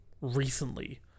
recently